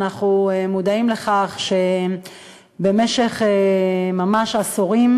אנחנו מודעים לכך שממש במשך עשורים,